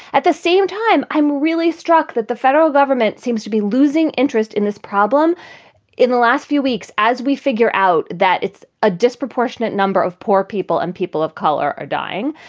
at the same time, i'm really struck that the federal government seems to be losing interest in this problem in the last few weeks as we figure out that it's a disproportionate number of poor people and people of color are dying.